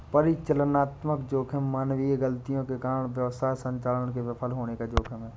परिचालनात्मक जोखिम मानवीय गलतियों के कारण व्यवसाय संचालन के विफल होने का जोखिम है